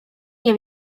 nie